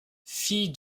fille